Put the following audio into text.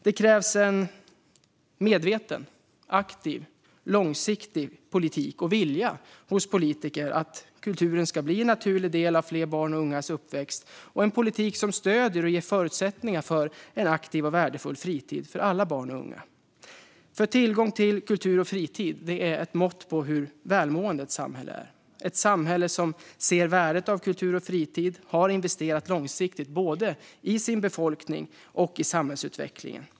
Det krävs en medveten, aktiv och långsiktig politik och vilja hos politiker för att kulturen ska bli en naturlig del av fler barns och ungas uppväxt och en politik som stöder och ger förutsättningar för en aktiv och värdefull fritid för alla barn och unga. Tillgång till kultur och fritid är ett mått på hur välmående ett samhälle är. Ett samhälle som ser värdet av kultur och fritid har investerat långsiktigt både i sin befolkning och i samhällsutvecklingen.